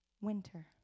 Winter